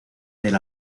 del